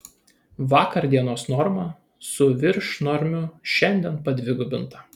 vakar dienos norma su viršnormiu šiandien padvigubinta